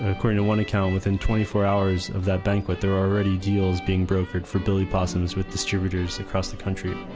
according to one account, within twenty four hours of that banquet, there were already deals being brokered for billy possums with distributors across the country.